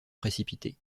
précipiter